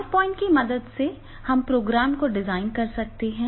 power point की मदद से हम प्रोग्राम को डिजाइन कर सकते हैं